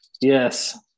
Yes